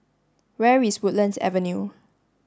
where is Woodlands Avenue